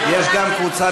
הדיון הזה על תחרות,